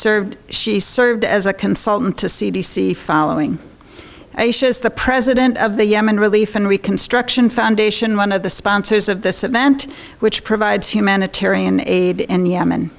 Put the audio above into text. served she served as a consultant to c d c following aisha is the president of the yemen relief and reconstruction foundation one of the sponsors of this event which provides humanitarian aid in yemen